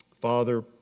Father